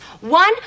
One